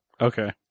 Okay